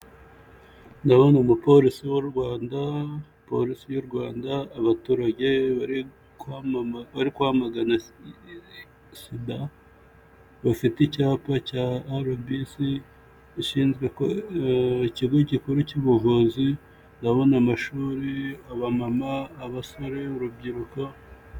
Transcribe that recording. Ndabona umupolisi w'u Rwanda, Polisi y'u Rwanda, abaturage bari kwamagana SIDA bafite, icyapa cya RBC , ikigo gikuru cy'ubuvuzi, ndabona amashuri, abamama, abasore urubyiruko...